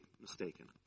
mistaken